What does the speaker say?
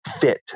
fit